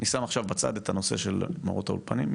אני שם עכשיו בצד את הנושא של מורות האולפנים,